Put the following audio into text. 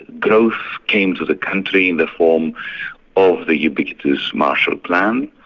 growth came to the country in the form of the ubiquitous marshall plan,